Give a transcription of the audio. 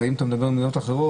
ואם אתה מדבר על מדינות אחרות,